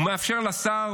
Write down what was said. הוא מאפשר לשר,